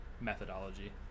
methodology